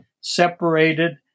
separated